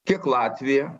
kiek latviją